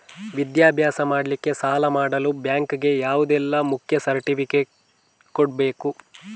ವಿದ್ಯಾಭ್ಯಾಸ ಮಾಡ್ಲಿಕ್ಕೆ ಸಾಲ ಮಾಡಲು ಬ್ಯಾಂಕ್ ಗೆ ಯಾವುದೆಲ್ಲ ಮುಖ್ಯ ಸರ್ಟಿಫಿಕೇಟ್ ಕೊಡ್ಬೇಕು?